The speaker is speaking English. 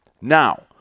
Now